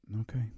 okay